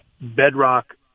bedrock